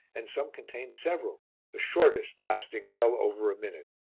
and some contained several the shortest lasting well over a minute.